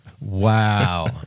Wow